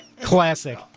Classic